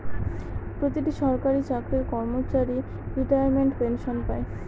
প্রতিটি সরকারি চাকরির কর্মচারী রিটায়ারমেন্ট পেনসন পাই